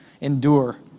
endure